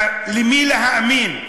למה להאמין,